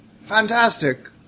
fantastic